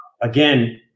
Again